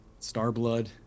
Starblood